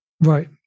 Right